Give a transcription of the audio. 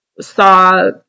saw